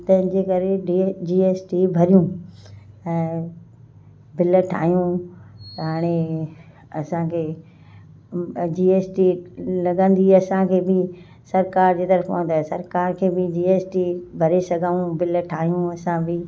तंहिंजे करे डी जीएसटी भरियूं ऐं बिल ठाहियूं हाणे असांखे जीएसटी लॻंदी असांखे बि सरकार जी तर्फ़ा त सरकार खे बि जीएसटी भरे सघूं बिल ठाहियूं असां बि